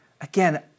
again